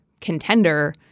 contender